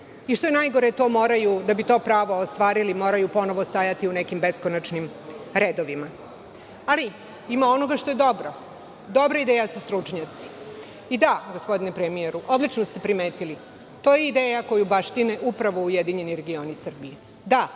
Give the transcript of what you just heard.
Što je najgore, da bi to pravo ostvarili, moraju ponovo stajati u nekim beskonačnim redovima. Ali, ima i onoga što je dobro. Dobre ideje su stručnjaci. Da, gospodine premijeru, odlično ste primetili, to je ideja koju baštine upravo Ujedinjeni regioni Srbije.